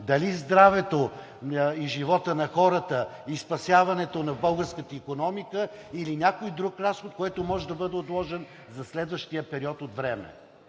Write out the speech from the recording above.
дали здравето и животът на хората и спасяването на българската икономика, или някой друг разход, който може да бъде отложен за следващия период от време.